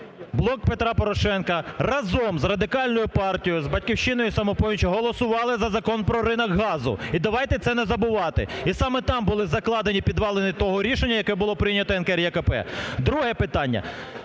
"Блок Петра Порошенка" разом з Радикальною партією, з "Батьківщиною" і "Самопоміччю" голосували за Закон про ринок газу, і давайте це не забувати. І саме там були закладені підвалини того рішення, яке було прийняте НКРЕКП. Друге питання.